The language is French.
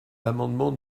l’amendement